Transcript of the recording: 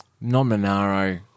non-Monaro